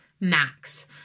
max